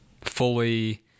fully